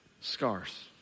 scars